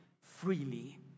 freely